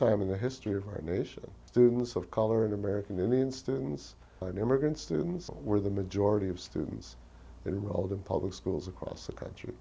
time in the history of our nation students of color and american indian students are never going students where the majority of students enrolled in public schools across the country